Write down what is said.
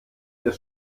des